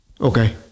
Okay